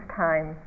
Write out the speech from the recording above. time